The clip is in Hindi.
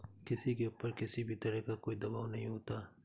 किसी के ऊपर किसी भी तरह का कोई दवाब नहीं होता है